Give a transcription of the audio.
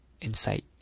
Insight